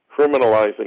criminalizing